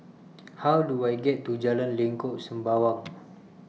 How Do I get to Jalan Lengkok Sembawang